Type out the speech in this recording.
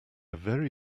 very